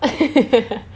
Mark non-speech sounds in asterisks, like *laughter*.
*laughs*